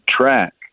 track